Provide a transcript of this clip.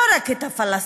לא רק את הפלסטינים,